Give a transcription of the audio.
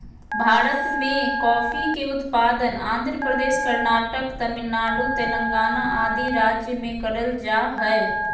भारत मे कॉफी के उत्पादन आंध्र प्रदेश, कर्नाटक, तमिलनाडु, तेलंगाना आदि राज्य मे करल जा हय